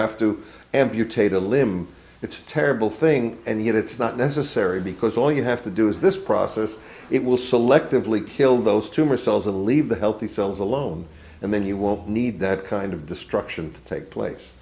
have to amputate a limb it's a terrible thing and yet it's not necessary because all you have to do is this process it will selectively kill those tumor cells and leave the healthy cells alone and then you won't need that kind of destruction to take